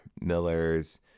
millers